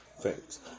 Thanks